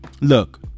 Look